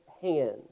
hands